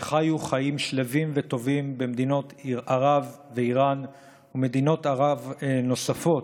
שחיו חיים שלווים וטובים במדינות ערב ובאיראן ובמדינות ערב נוספות,